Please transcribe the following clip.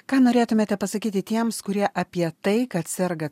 ką norėtumėte pasakyti tiems kurie apie tai kad serga